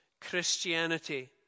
Christianity